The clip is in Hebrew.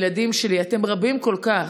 ילדים שלי, אתם רבים כל כך,